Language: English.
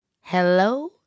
Hello